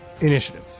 initiative